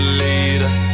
later